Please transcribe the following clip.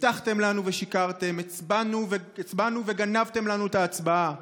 הבטחתם לנו ושיקרתם, הצבענו וגנבתם לנו את ההצבעה.